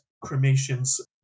cremation's